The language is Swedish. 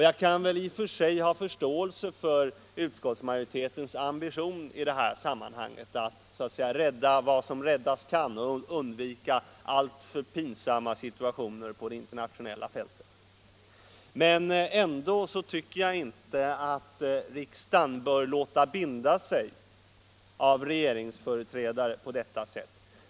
Jag har i och för sig förståelse för utskottsmajoritetens ambition att i detta sammanhang rädda vad som räddas kan och undvika alltför pinsamma situationer på det internationella fältet. Men jag tycker ändå inte att riksdagen bör låta binda sig av regeringsföreträdare på det sättet.